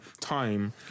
time